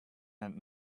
and